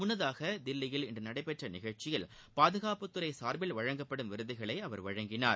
முள்ளதாக தில்லியில் இன்று நடைபெற்ற நிகழ்ச்சியில் பாதுகாப்புத்துறை சார்பில் வழங்கப்படும் விருதுகளை அவர் வழங்கினார்